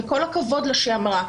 וכל הכבוד לה שהיא אמרה,